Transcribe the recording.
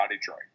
Detroit